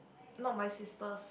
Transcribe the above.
not my sisters